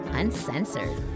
uncensored